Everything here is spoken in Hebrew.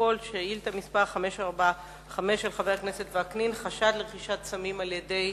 חבר הכנסת טלב אלסאנע,